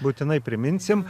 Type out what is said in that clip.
būtinai priminsim